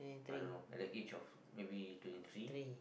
I don't know at the age of maybe twenty three